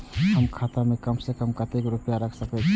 हम खाता में कम से कम कतेक रुपया रख सके छिए?